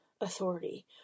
authority